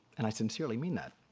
and i sincerely mean that.